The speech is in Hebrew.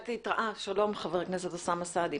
שלום חבר הכנסת אוסאמה סעדי.